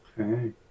Okay